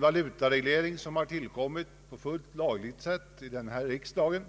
valutareglering som har tillkommit på fullt lagligt sätt i riksdagen.